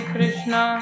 Krishna